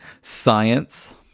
science